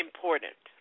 Important